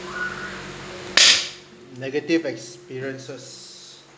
negative experiences